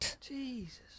Jesus